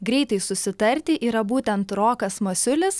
greitai susitarti yra būtent rokas masiulis